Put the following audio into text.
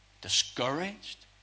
discouraged